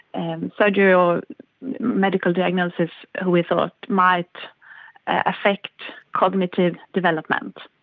and surgery or medical diagnosis who we thought might affect cognitive development.